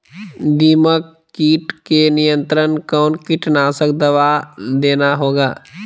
दीमक किट के नियंत्रण कौन कीटनाशक दवा देना होगा?